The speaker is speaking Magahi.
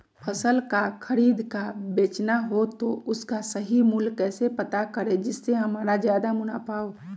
फल का खरीद का बेचना हो तो उसका सही मूल्य कैसे पता करें जिससे हमारा ज्याद मुनाफा हो?